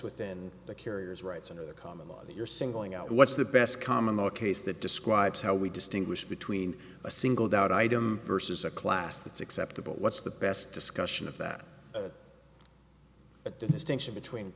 within the carrier's rights under the common law that you're singling out what's the best common the case that describes how we distinguish between a singled out item versus a class that's acceptable what's the best discussion of that that distinction between